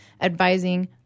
advising